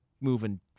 moving